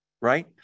right